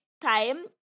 time